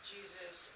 Jesus